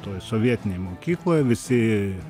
toj sovietinėj mokykloj visi